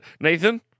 Nathan